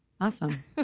Awesome